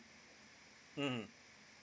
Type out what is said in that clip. mm